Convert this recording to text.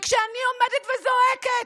וכשאני עומדת וזועקת,